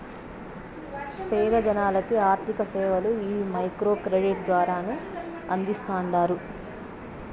పేద జనాలకి ఆర్థిక సేవలు ఈ మైక్రో క్రెడిట్ ద్వారానే అందిస్తాండారు